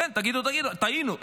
תגידו: טעינו.